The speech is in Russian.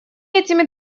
этими